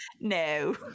No